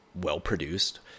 well-produced